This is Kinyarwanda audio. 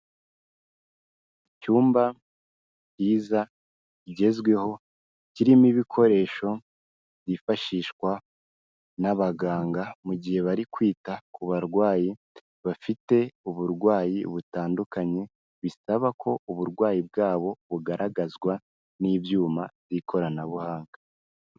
Icyumba cyiza kigezweho kirimo ibikoresho byifashishwa n'abaganga mu gihe bari kwita ku barwayi bafite uburwayi butandukanye, bisaba ko uburwayi bwabo bugaragazwa n'ibyuma by'ikoranabuhanga.